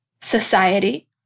society